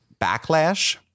backlash